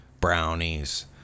brownies